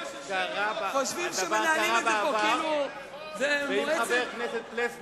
חושבים שמנהלים את זה פה כאילו זה מועצת,